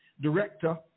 director